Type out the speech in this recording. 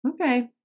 Okay